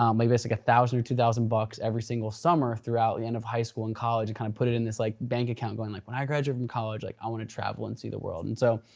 um maybe it's like a thousand or two thousand bucks every single summer throughout the end of high school and college, kind of put it in this like back account, going like when i graduate from college like i wanna travel and see the world. and so,